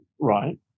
Right